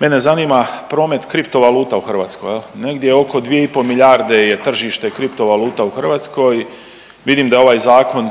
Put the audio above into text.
Mene zanima promet kriptovaluta u Hrvatskoj, negdje oko 2,5 milijarde je tržište kriptovaluta u Hrvatskoj, vidim da ovaj Zakon